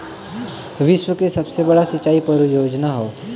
विश्व के सबसे बड़ा सिंचाई परियोजना हौ